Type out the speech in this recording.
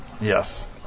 Yes